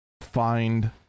find